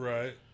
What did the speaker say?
Right